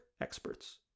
experts